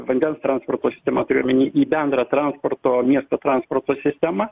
vandens transporto sistemą turiu omeny į bendrą transporto miesto transporto sistemą